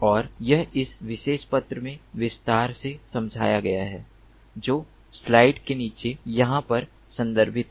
और यह इस विशेष पत्र में विस्तार से समझाया गया है जो स्लाइड के नीचे यहां पर संदर्भित है